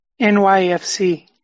NYFC